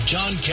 John